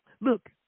Look